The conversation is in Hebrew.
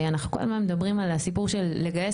אנחנו כל הזמן מדברים על הסיפור של לגייס